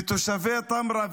ותושבי טמרה,